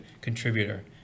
contributor